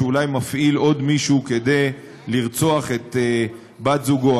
שאולי מפעיל עוד מישהו כדי לרצוח את בת זוגו,